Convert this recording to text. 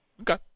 Okay